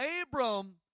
Abram